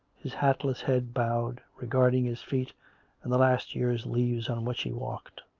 his hatless head bowed, regard ing his feet and the last year's leaves on which he walked.